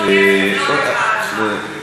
הן רוצות כסף, לא רק הערכה.